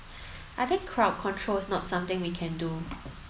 I think crowd control is not something we can do